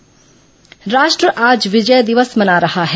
विजय दिवस राष्ट्र आज विजय दिवस मना रहा है